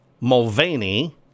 Mulvaney